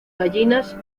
gallinas